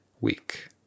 week